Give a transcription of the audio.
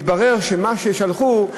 מתברר שמה ששלחו,